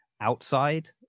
outside